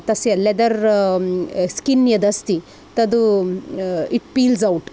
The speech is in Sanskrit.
तस्य लेदर् स्किन् यद् अस्ति तद् इट् पील्ज़् औट्